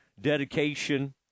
dedication